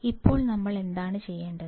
ഇപ്പോൾ നമ്മൾ എന്താണ് ചെയ്യേണ്ടത്